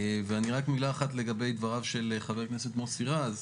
ואני רק מילה אחת לגבי דבריו של חבר הכנסת מוסי רז.